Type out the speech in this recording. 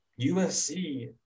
USC